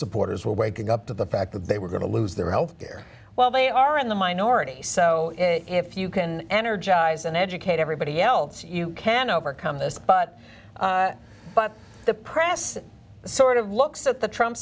supporters will wake up to the fact that they were going to lose their health care well they are in the minority so if you can energize and educate everybody else you can overcome this but but the press sort of looks at the trump